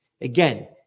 Again